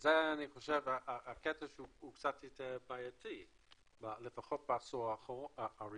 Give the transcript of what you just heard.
זה הקטע שהוא קצת יותר בעייתי לפחות בעשור הראשון.